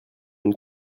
une